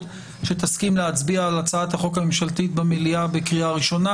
שתסכים להצביע על הצעת החוק הממשלתית במליאה בקריאה ראשונה,